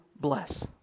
bless